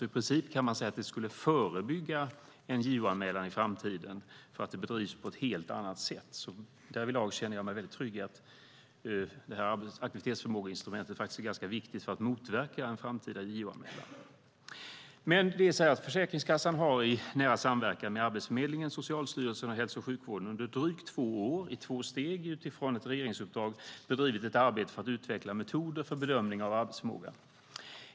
I princip kan man säga att det skulle förebygga en JO-anmälan i framtiden, eftersom det bedrivs på ett helt annat sätt. Därvidlag känner jag mig väldigt trygg i att aktivitetsförmågeinstrumentet faktiskt är ganska viktigt för att motverka framtida JO-anmälningar. Försäkringskassan har i nära samverkan med Arbetsförmedlingen, Socialstyrelsen och hälso och sjukvården under drygt två år i två steg utifrån ett regeringsuppdrag bedrivit ett arbete för att utveckla metoder för bedömning av arbetsförmågan.